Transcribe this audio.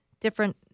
different